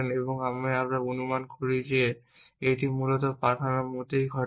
তবে আমরা অনুমান করি যে এটি মূলত পাঠানোর মধ্যেই ঘটে